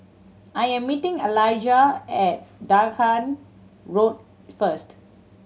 I am meeting Alijah at Dahan Road first